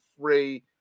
free